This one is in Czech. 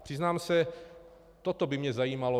Přiznám se, toto by mě zajímalo.